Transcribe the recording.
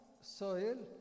soil